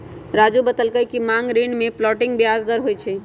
राज़ू बतलकई कि मांग ऋण में फ्लोटिंग ब्याज दर होई छई